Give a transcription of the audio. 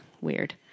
weird